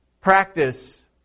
practice